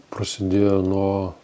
prasidėjo nuo